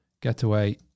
getaway